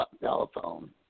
telephone